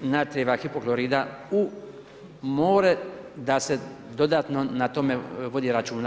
natrijeva hipoklorita u more da se dodatno na tome vodi računa.